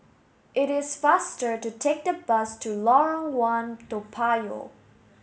it is faster to take the bus to Lorong One Toa Payoh